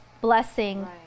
blessing